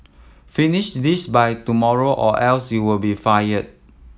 finish this by tomorrow or else you will be fired